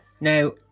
Now